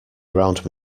around